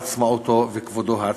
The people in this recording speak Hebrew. עצמאותו וכבודו העצמי.